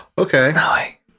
Okay